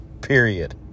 Period